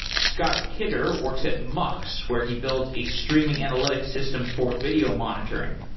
scott kidder works at mux, where he builds a streaming analytics system for video monitoring.